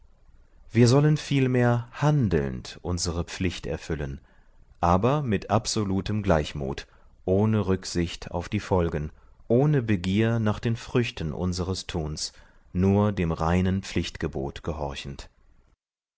wir sollen vielmehr handelnd unsere pflicht erfüllen aber mit absolutem gleichmut ohne rücksicht auf die folgen ohne begier nach den früchten unseres tuns nur dem reinen pflichtgebot gehorchend